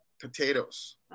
Potatoes